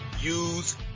use